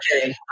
Okay